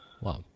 wow